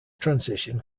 transition